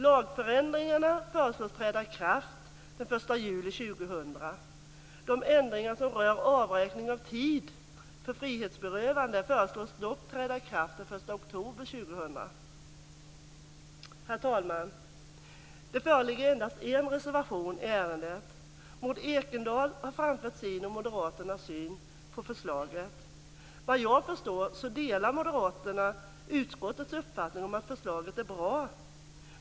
Lagändringarna föreslås träda i kraft den Herr talman! Det föreligger endast en reservation i ärendet. Maud Ekendahl har framfört sin och moderaternas syn på förslaget. Såvitt jag förstår delar moderaterna utskottets uppfattning om att förslaget är bra.